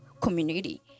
community